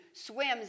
Swims